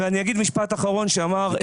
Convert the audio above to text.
ואני אגיד משפט אחרון שאמר ערן,